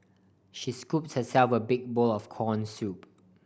she scooped herself a big bowl of corn soup